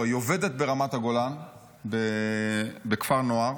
היא עובדת ברמת הגולן בכפר נוער.